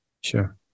Sure